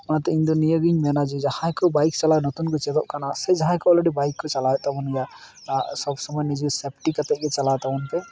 ᱚᱱᱟᱛᱮ ᱤᱧᱫᱚ ᱱᱤᱭᱟᱹᱜᱤᱧ ᱢᱮᱱᱟ ᱡᱮ ᱡᱟᱦᱟᱸᱭ ᱠᱚ ᱵᱟᱹᱭᱤᱠ ᱪᱟᱞᱟᱣ ᱱᱚᱛᱩᱱ ᱠᱚ ᱪᱮᱫᱚᱜ ᱠᱟᱱᱟ ᱥᱮ ᱡᱟᱦᱟᱸᱭ ᱠᱚ ᱚᱞᱨᱮᱰᱤ ᱵᱟᱭᱤᱠ ᱠᱚ ᱪᱟᱞᱟᱣᱮᱫ ᱛᱟᱵᱚᱱ ᱜᱮᱭᱟ ᱥᱚᱵ ᱥᱚᱢᱚᱭ ᱱᱤᱡᱮᱨ ᱥᱮᱯᱴᱤ ᱠᱟᱛᱮᱫ ᱜᱮ ᱪᱟᱞᱟᱣ ᱛᱟᱵᱚᱱ ᱯᱮ